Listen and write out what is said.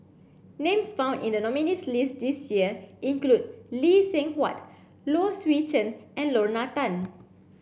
names found in the nominees' list this year include Lee Seng Huat Low Swee Chen and Lorna Tan